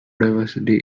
diversity